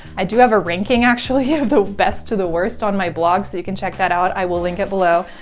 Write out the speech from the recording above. i do have a ranking actually of the best to the worst on my blog, so you can check that out. i will link it below.